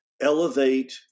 elevate